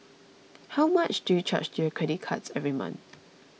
how much do you charge to your credit cards every month